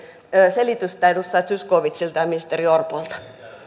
selitystä edustaja zyskowicziltä ja ministeri orpolta